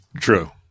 True